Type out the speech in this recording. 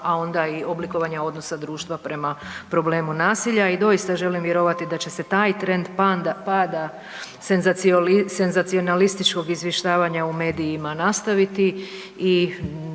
a onda i oblikovanja odnosa društva prema problemu nasilja i doista želim vjerovati da će se taj trend pada senzacionalističkog izvještavanja u medijima nastaviti i